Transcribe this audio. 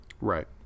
Right